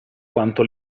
quanto